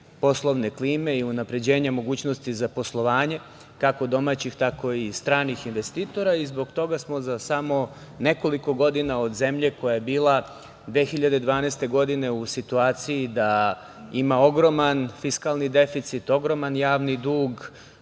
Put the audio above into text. poslovne klime i unapređenja mogućnosti za poslovanje kako domaćih, tako i stranih investitora. Zbog toga smo za samo nekoliko godina od zemlje koja je bila 2012. godine u situaciji da ima ogroman fiskalni deficit, ogroman javni dug,